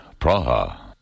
Praha